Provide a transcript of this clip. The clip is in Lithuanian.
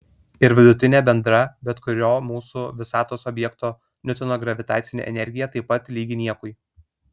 ir vidutinė bendra bet kurio mūsų visatos objekto niutono gravitacinė energija taip pat lygi niekui